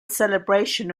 celebration